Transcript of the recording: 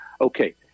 okay –